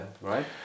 right